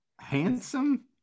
Handsome